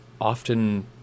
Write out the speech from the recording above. often